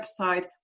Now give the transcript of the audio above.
website